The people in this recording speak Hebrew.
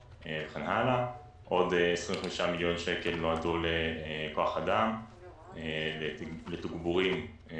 הדבר היחיד שעוד לא חולק ואמור לצאת לשטח בימים הקרובים זה